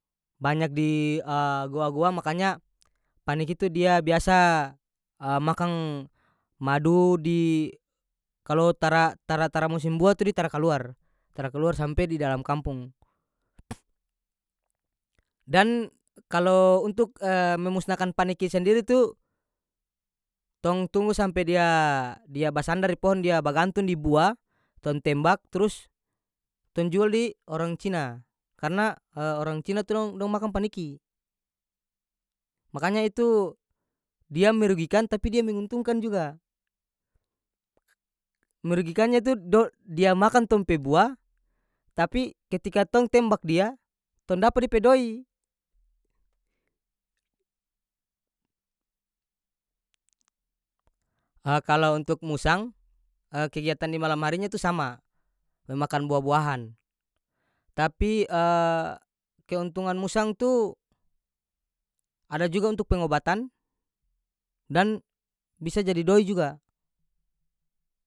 Banyak di goa-goa makanya paniki tu dia biasa makang madu di kalo tara tara- tara musim buah tu dia tara kaluar tara kaluar sampe di dalam kampung dan kalo untuk memusnahkan paniki sendiri tu tong tunggu sampe dia- dia basandar di pohon dia bagantong di buah tong tembak trus tong jual di orang cina karena orang cina tu dong- dong makang paniki makanya itu dia merugikan tapi dia menguntungkan juga merugikannya tu do- dia makang tong pe buah tapi ketika tong tembak dia tong dapa dia pe doi kalo untuk musang kegiatan di malam harinya tu sama memakan buah-buahan tapi keuntungan musang tu ada juga untuk pengobatan dan bisa jadi doi juga.